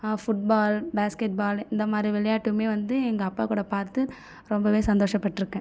நான் football basketball இந்த மாதிரி விளையாட்டுமே வந்து எங்கள் அப்பா கூட பார்த்து ரொம்பவே சந்தோஷப்பட்டிருக்கேன்